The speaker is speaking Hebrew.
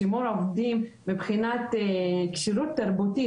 שימור העובדים מבחינת כשירות תרבותית,